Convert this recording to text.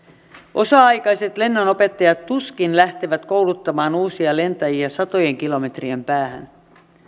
osa aikaiset lennonopettajat tuskin lähtevät kouluttamaan uusia lentäjiä satojen kilometrien päähän